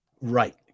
Right